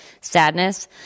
sadness